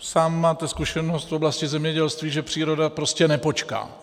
Sám máte zkušenost z oblasti zemědělství, že příroda prostě nepočká.